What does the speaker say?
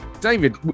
David